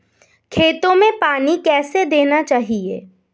खेतों में पानी कैसे देना चाहिए?